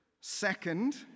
Second